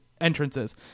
entrances